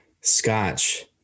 scotch